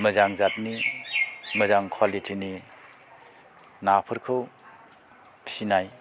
मोजां जाथनि मोजां कुवालिटिनि नाफोरखौ फिसिनाय